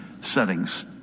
settings